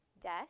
death